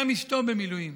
גם אשתו במילואים